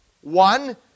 One